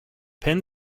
penn